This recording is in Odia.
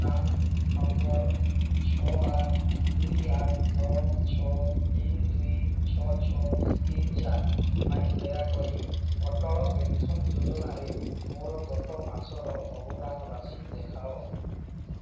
ପ୍ରାନ୍ ନମ୍ବର ଛଅ ଆଠ ଦୁଇ ଆଠ ନଅ ଛଅ ତିନି ଦୁଇ ଛଅ ଛଅ ତିନି ଚାରି ପାଇଁ ଦୟାକରି ଅଟଳ ପେନ୍ସନ୍ ଯୋଜନାରେ ମୋର ଗତମାସର ଅବଦାନ ରାଶି ଦେଖାଅ